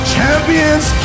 Champions